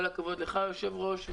המנכ"לית, כל הכבוד לך, היושב-ראש.